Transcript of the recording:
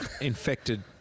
infected